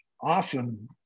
often